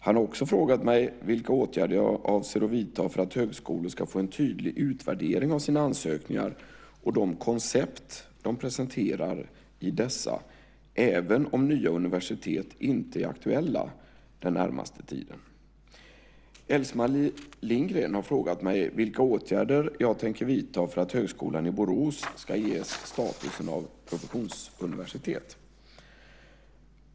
Han har också frågat mig vilka åtgärder jag avser att vidta för att högskolor ska få en tydlig utvärdering av sina ansökningar och de koncept de presenterar i dessa, även om nya universitet inte är aktuella den närmaste tiden. Else-Marie Lindgren har frågat mig vilka åtgärder jag tänker vidta för att Högskolan i Borås ska ges status av professionsuniversitet.